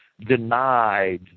denied